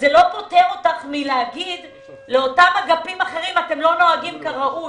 לא פותר אותך מלהגיד לאותם אגפים אחרים שהם לא נוהגים כראוי.